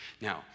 Now